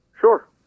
Sure